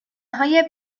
های